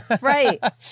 Right